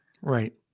Right